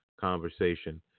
conversation